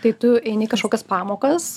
tai tu eini kažkokias pamokas